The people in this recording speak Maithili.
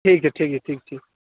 ठीक छै ठीक छै ठीक छै